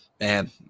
Man